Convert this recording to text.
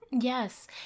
yes